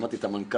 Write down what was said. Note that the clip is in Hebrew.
שמעתי את המנכ"ל,